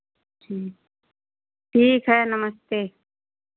ठीक ठीक है नमस्ते